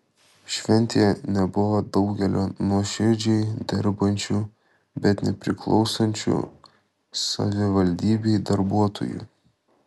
šventėje nebuvo daugelio nuoširdžiai dirbančių bet nepriklausančių savivaldybei darbuotojų